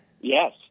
Yes